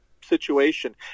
situation